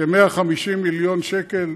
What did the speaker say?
כ-150 מיליון שקל.